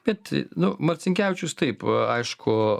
bet nu marcinkevičius taip aišku